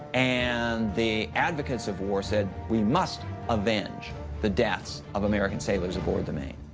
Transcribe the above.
and the advocates of war said, we must avenge the deaths of american sailors aboard the maine.